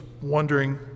wondering